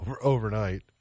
overnight